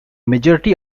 majority